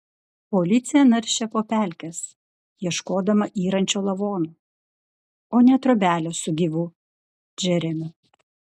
policija naršė po pelkes ieškodama yrančio lavono o ne trobelės su gyvu džeremiu